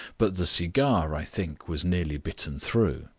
but the cigar, i think, was nearly bitten through.